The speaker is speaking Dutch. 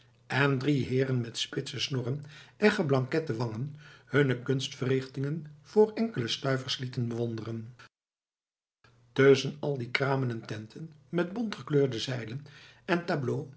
en drie heeren met spitse snorren en geblankette wangen hunne kunstverrichtingen voor enkele stuivers lieten bewonderen tusschen al die kramen en tenten met bontgekleurde zeilen en